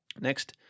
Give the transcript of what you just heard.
Next